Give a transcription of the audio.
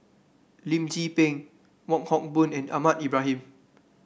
Lim Tze Peng Wong Hock Boon and Ahmad Ibrahim